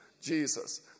Jesus